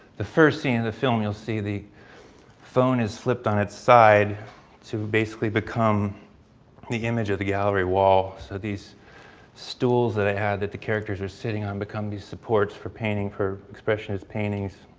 the first scene in the film you'll see, the phone is flipped on its side to basically become the image of the gallery wall. so these stools that i had that the characters are sitting on become these supports for painting for expressionist paintings.